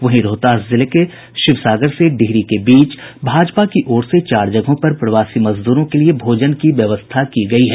वहीं रोहतास जिले में शिवसागर से डिहरी के बीच भाजपा की ओर से चार जगहों पर प्रवासी मजदूरों के लिए भोजन की व्यवस्था की गयी है